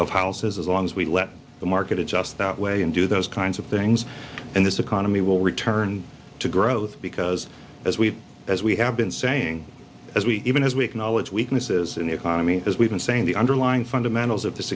of houses as long as we let the market adjust that way and do those kinds of things in this economy will return to growth because as we as we have been saying as we even as we acknowledge weaknesses in the economy as we've been saying the underlying fundamentals of this